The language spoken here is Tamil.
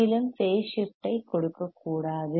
மேலும் பேஸ் ஷிப்ட் ஐ கொடுக்கக்கூடாது